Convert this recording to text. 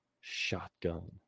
shotgun